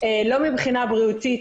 לא מבחינה בריאותית,